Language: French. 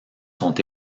sont